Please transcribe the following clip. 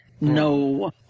No